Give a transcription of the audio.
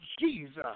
Jesus